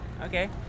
Okay